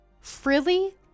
frilly